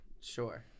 Sure